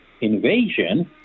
invasion